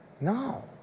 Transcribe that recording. no